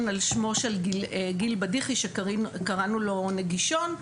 על שמו של גיל בדיחי שקראנו לו נגישון,